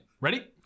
ready